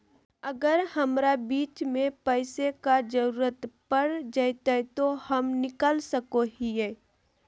अगर हमरा बीच में पैसे का जरूरत पड़ जयते तो हम निकल सको हीये